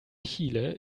chile